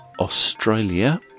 Australia